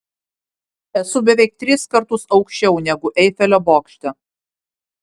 esu beveik tris kartus aukščiau negu eifelio bokšte